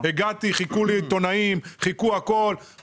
הגעתי וחיכו לי עיתונאים; "רועי,